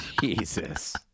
Jesus